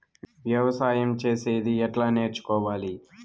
వ్యవసాయం చేసేది ఎట్లా నేర్చుకోవాలి?